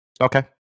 okay